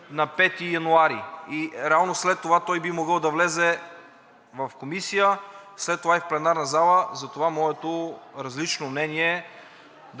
на 5 януари и реално след това той би могъл да влезе в Комисия, след това и в пленарната зала. Затова моето различно мнение е